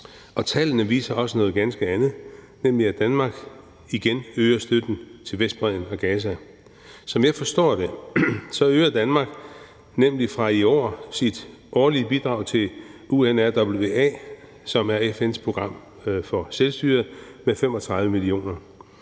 Tallene viser også noget ganske andet, nemlig at Danmark igen øger støtten til Vestbredden og Gaza. Som jeg forstår det, øger Danmark nemlig fra i år sit årlige bidrag til UNRWA, som er FN's program for selvstyret, med 35 mio.